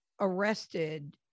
arrested